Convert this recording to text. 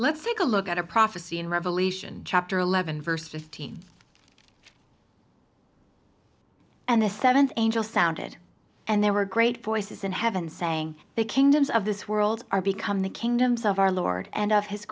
let's take a look at a prophecy in revelation chapter eleven verse fifteen and the th angel sounded and there were great voices in heaven saying the kingdoms of this world are become the kingdoms of our lord and of his